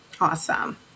Awesome